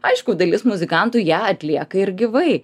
aišku dalis muzikantų ją atlieka ir gyvai